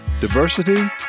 diversity